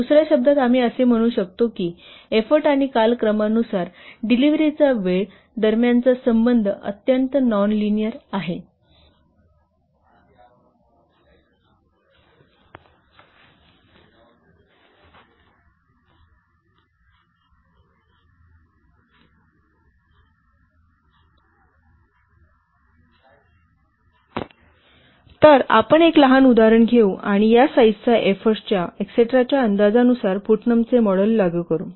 दुसऱ्या शब्दांत आम्ही असे म्हणू शकतो की एफ्फोर्ट आणि कालक्रमानुसार डिलिव्हरीचा वेळ दरम्यानचा संबंध अत्यंत नॉन लिनिअर आहे तर आपण एक लहान उदाहरण घेऊ आणि या साईजच्या एफ्फोर्टच्या इट्सटेराच्या अंदाजानुसार पुटनमचे मॉडेल लागू करू